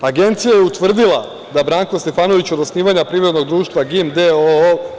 Agencija je utvrdila da Branko Stefanović od osnivanja Privrednog društva GIN d.o.o.